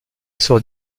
sort